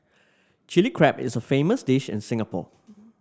Chilli Crab is a famous dish in Singapore